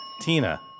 Tina